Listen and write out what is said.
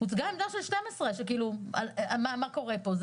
הוצגה עמדה על 12. מה קורה פה?